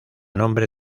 nombre